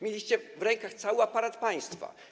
Mieliście w rękach cały aparat państwa.